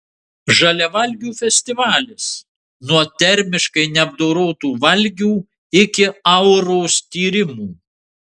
žaliavalgių festivalis nuo termiškai neapdorotų valgių iki auros tyrimų